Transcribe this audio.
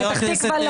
פתח תקוה לא.